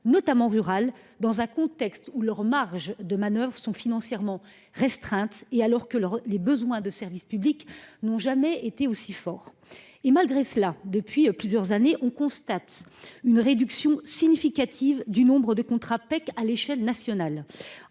notamment rurales, dont les marges de manœuvre sont financièrement restreintes, alors que les besoins de service public n’ont jamais été aussi importants. Malgré cela, on constate depuis plusieurs années une réduction significative du nombre de contrats PEC à l’échelle nationale.